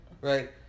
Right